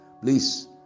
please